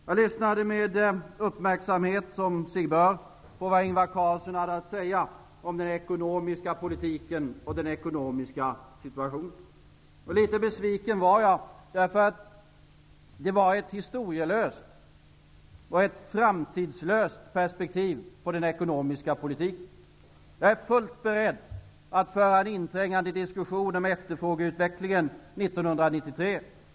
Jag lyssnade med uppmärksamhet, som sig bör, på vad Ingvar Carlsson hade att säga om den ekonomiska politiken och den ekonomiska situationen. Jag blev litet besviken, eftersom det var ett historielöst och framtidslöst perspektiv på den ekonomiska politiken. Jag är fullt beredd att föra en inträngande diskussion om efterfrågeutvecklingen 1993.